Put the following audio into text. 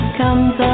comes